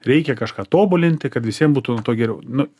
reikia kažką tobulinti kad visiem būtų nuo to geriau nu